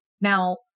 Now